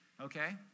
okay